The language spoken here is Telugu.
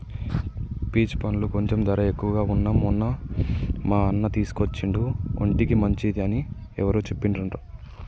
పీచ్ పండ్లు కొంచెం ధర ఎక్కువగా వున్నా మొన్న మా అన్న తీసుకొచ్చిండు ఒంటికి మంచిది అని ఎవరో చెప్పిండ్రంట